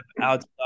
outside